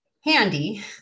handy